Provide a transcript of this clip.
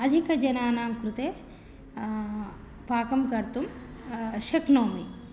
अधिकजनानां कृते पाकं कर्तुं शक्नोमि